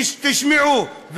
תשמעו,